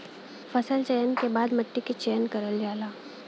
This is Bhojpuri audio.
फसल चयन के बाद मट्टी क चयन करल जाला